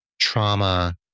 trauma